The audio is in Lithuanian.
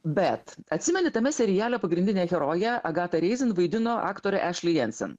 bet atsimeni tame seriale pagrindinę heroję agatą reizin vaidino aktorė ešli jensen